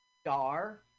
star